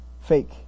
fake